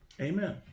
Amen